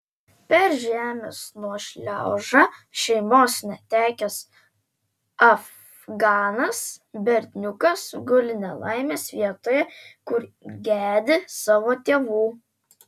per žemės nuošliaužą šeimos netekęs afganas berniukas guli nelaimės vietoje kur gedi savo tėvų